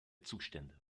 zustände